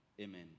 Amen